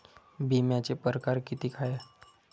बिम्याचे परकार कितीक हाय?